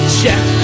check